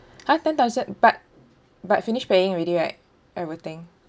!huh! ten thousand but but finished paying already right everything